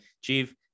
chief